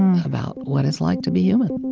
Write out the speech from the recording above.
about what it's like to be human